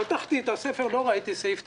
פתחתי את הספר ולא ראיתי סעיף תקציבי,